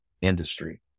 industry